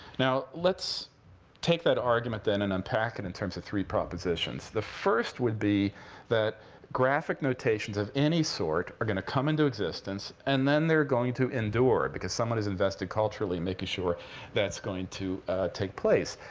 now, let's take that argument then and unpack it in terms of three propositions. the first would be that graphic notations of any sort are going to come into existence, and then they're going to endure. because someone is invested culturally making sure that's going to take place.